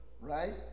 right